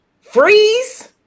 freeze